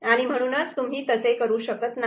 आणि म्हणूनच तुम्ही तसे करू शकत नाही